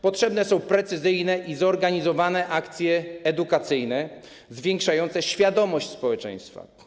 Potrzebne są precyzyjne i zorganizowane akcje edukacyjne zwiększające świadomość społeczeństwa.